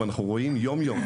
ואנחנו רואים יום-יום,